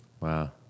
Wow